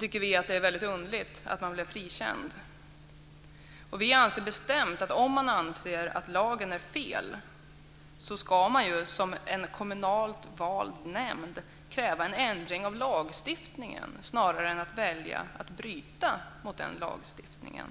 tycker vi att det är väldigt underligt att man blev frikänd. Vi menar bestämt att om man anser att lagen är fel ska man som en kommunalt vald nämnd kräva en ändring av lagstiftningen snarare än att välja att bryta mot den lagstiftningen.